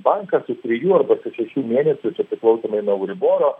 bankas su trijų arba šešių mėnesių čia priklausomai nuo euriboro